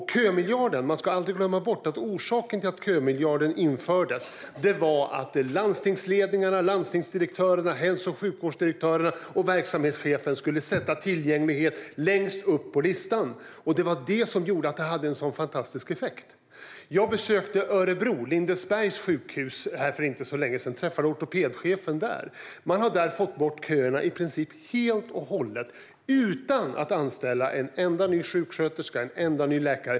När det gäller kömiljarden ska man aldrig glömma bort att orsaken till att den infördes var att landstingsledningarna, landstingsdirektörerna, hälso och sjukvårdsdirektörerna och verksamhetscheferna skulle sätta tillgänglighet högst upp på listan. Det var det som gjorde att det hade en sådan fantastisk effekt. Jag besökte Örebro och Lindesbergs sjukhus för inte så länge sedan och träffade ortopedchefen där. Man har där fått bort köerna i princip helt och hållet utan att anställa en enda ny sjuksköterska eller läkare.